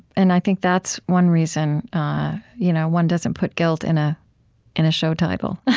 and i think that's one reason you know one doesn't put guilt in ah in a show title.